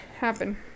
happen